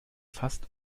fast